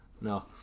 No